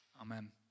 Amen